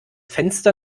fenster